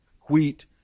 wheat